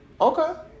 Okay